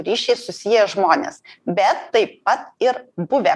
ryšiai susieję žmones bet taip pat ir buvę